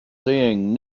seeing